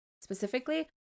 specifically